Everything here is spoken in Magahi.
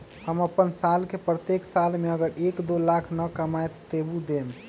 हम अपन साल के प्रत्येक साल मे अगर एक, दो लाख न कमाये तवु देम?